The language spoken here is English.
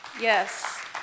Yes